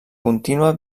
contínua